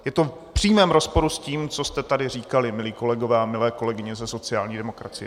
Je to v přímém rozporu s tím, co jste tady říkali, milí kolegové a milé kolegyně ze sociální demokracie.